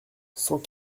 cent